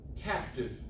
captive